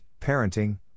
parenting